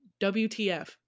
wtf